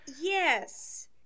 Yes